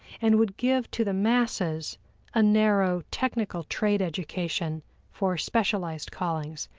and would give to the masses a narrow technical trade education for specialized callings,